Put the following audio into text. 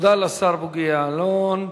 תודה לשר בוגי יעלון.